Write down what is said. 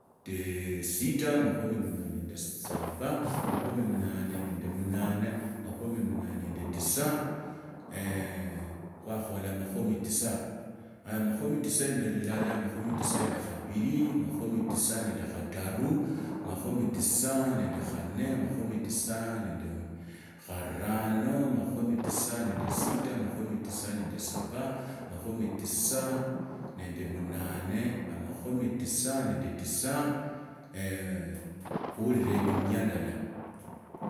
Amakumi munane nende sita, amakhumi munane nende saba, amakhumi munane nende munanae, amakhumi tisa nende tisa, lwakhaula makhumi tisa, haya makhumi tisa need ilala, amakhumi tisa nende khabili, amakhumi tisa nende kataru, amakhumi tisa nende khanne, amakhumi tisa nende kharano, amakhumi tisa nende sita, amakhumi tisa nende saba, amakhumi tisa nende munane, amakhumi tisa nende tisa, khuurire emia endala.